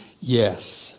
yes